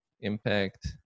impact